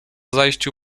zajściu